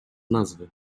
nazwy